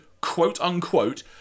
quote-unquote